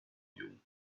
you